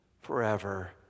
forever